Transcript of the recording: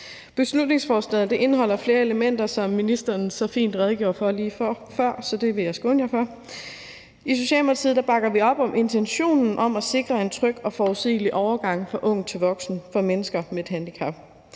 Beslutningsforslaget indeholder flere elementer, som ministeren så fint redegjorde for lige før, så det vil jeg skåne jer for. I Socialdemokratiet bakker vi op om intentionen om at sikre en tryg og forudsigelig overgang fra ung til voksen for mennesker med et handicap.